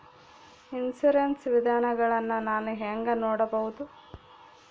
Insurance ವಿಧಗಳನ್ನ ನಾನು ಹೆಂಗ ನೋಡಬಹುದು?